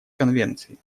конвенции